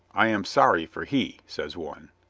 i am sorry for he, says one.